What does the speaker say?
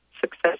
success